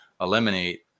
eliminate